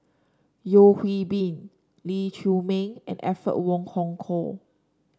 Yeo Hwee Bin Lee Chiaw Ming and Alfred Wong Hong Kwok